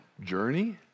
journey